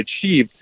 achieved